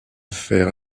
faire